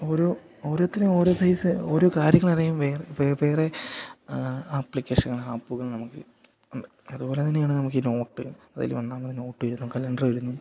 ഓരോ ഓരോരുത്തരും ഓരോ സൈസ് ഓരോ കാര്യങ്ങളറിയാൻ വേറെ ആപ്ലിക്കേഷനുകൾ ആപ്പുകൾ നമുക്ക് ഉണ്ട് അതുപോലെ തന്നെയാണ് നമുക്ക് ഈ നോട്ട് അതിൽ ഒന്നാമത് നോട്ട് വരുന്നു കലണ്ടർ വരുന്നു